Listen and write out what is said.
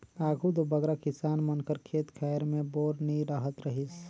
आघु दो बगरा किसान मन कर खेत खाएर मे बोर नी रहत रहिस